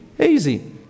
easy